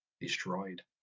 destroyed